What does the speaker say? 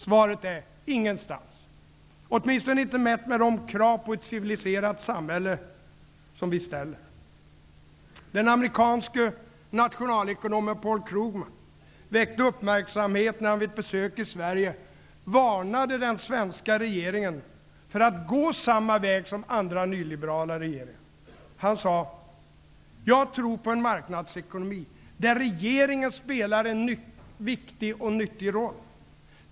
Svaret är: Ingenstans -- åtminstone inte mätt med de krav på ett civiliserat samhälle som vi ställer. Krugman väckte uppmärksamhet, när han vid ett besök i Sverige varnade den svenska regeringen för att gå samma väg som andra nyliberala regeringar. Han sade: ''Jag tror på en marknadsekonomi där regeringen spelar en nyttig och viktig roll.